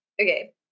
Okay